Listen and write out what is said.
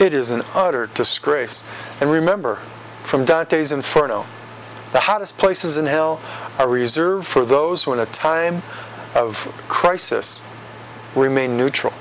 it is an utter disgrace and remember from dantes inferno the hottest places in hell i reserve for those who in a time of crisis remain neutral